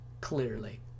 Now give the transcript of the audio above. clearly